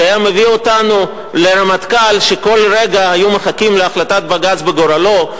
זה היה מביא אותנו לרמטכ"ל שכל רגע היו מחכים להחלטת בג"ץ בגורלו.